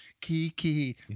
Kiki